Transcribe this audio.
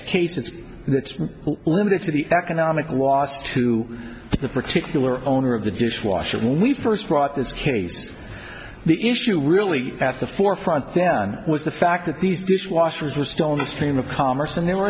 a case it's limited to the economic was to the particular owner of the dishwasher when we first brought this case the issue really at the forefront then was the fact that these dishwashers were still in the stream of commerce and they were